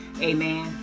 Amen